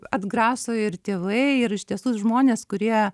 atgraso ir tėvai ir iš tiesų žmonės kurie